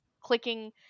clicking